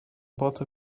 bought